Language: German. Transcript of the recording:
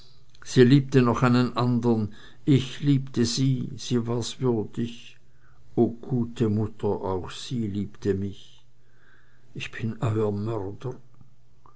sie liebte noch einen andern ich liebte sie sie war's würdig o gute mutter auch die liebte mich ich bin euer mörder